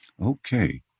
Okay